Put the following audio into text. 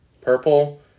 Purple